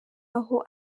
aho